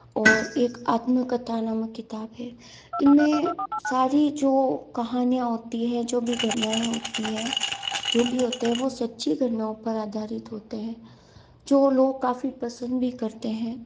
और एक आत्मकथा नामक किताब है इनमें सारी जो कहानीयाँ होती है जो भी घटनाएं होती है जो भी होते हैं वो सच्ची घटनाओं पर आधारित होते हैं जो लोग काफ़ी पसंद भी करते हैं